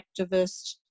activist